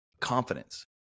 confidence